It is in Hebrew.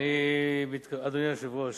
אדוני היושב-ראש,